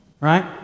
Right